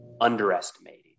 underestimating